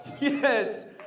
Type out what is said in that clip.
Yes